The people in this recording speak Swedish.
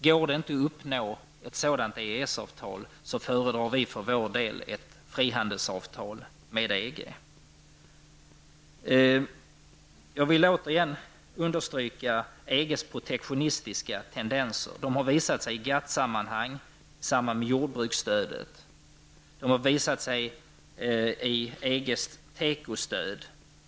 Går det inte att uppnå ett sådant EES-avtal föredrar vi för vår del ett frihandelsavtal med EG. Jag vill återigen understryka EGs protektionistiska tendenser. De har visat sig i GATT-sammanhang i samband med jordbruksstödet. De har visat sig i EG i fråga om tekostöd.